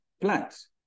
plants